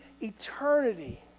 eternity